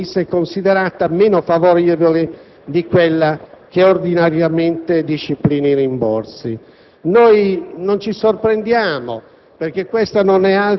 se la proposta venisse considerata meno favorevole di quella che ordinariamente disciplina i rimborsi. Non ci sorprendiamo,